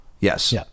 yes